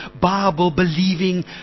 Bible-believing